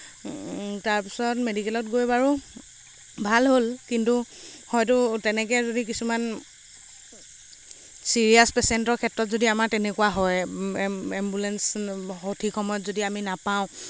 তাৰপিছত মেডিকেলত গৈ বাৰু ভাল হ'ল কিন্তু হয়তু তেনেকে যদি কিছুমান চিৰিয়াচ পেচেণ্টৰ ক্ষেত্ৰত যদি আমাৰ তেনেকুৱা হয় এম্বুলেঞ্চ সঠিক সময়ত যদি আমি নাপাওঁ